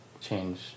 change